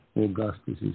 Augustus